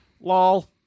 Lol